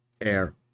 air